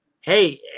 Hey